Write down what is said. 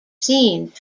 scenes